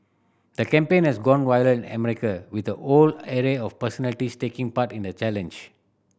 the campaign has gone viral in America with a whole array of personalities taking part in the challenge